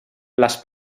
les